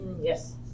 Yes